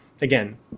again